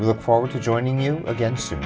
look forward to joining you against